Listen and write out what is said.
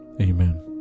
Amen